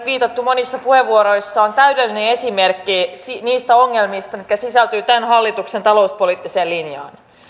viitattu monissa puheenvuoroissa on täydellinen esimerkki niistä ongelmista mitkä sisältyvät tämän hallituksen talouspoliittiseen linjaan